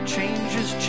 Changes